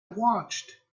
watched